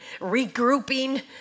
regrouping